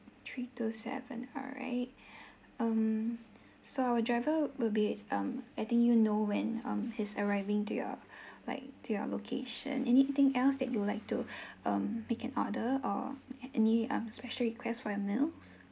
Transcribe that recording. three two seven alright um so our driver will be um I think you know when um his arriving to your like to your location anything else that you would like to um make an order or any um special request for your meals